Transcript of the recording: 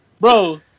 bro